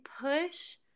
push